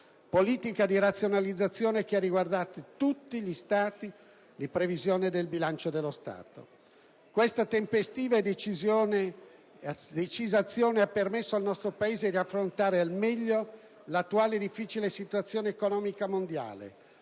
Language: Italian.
pubbliche, politica che ha riguardato tutti gli stati di previsione del bilancio dello Stato. Questa tempestiva e decisa azione ha permesso al nostro Paese di affrontare al meglio l'attuale difficile situazione economica mondiale,